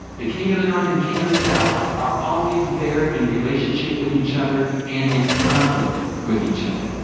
the king of the north and king of the south are always there in relationship with each other and in conflict with each other.